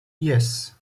yes